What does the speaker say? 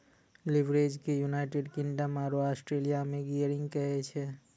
leverage के United Kingdom आरो Australia मे गियरिंग कहै छै